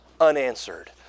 unanswered